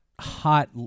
hot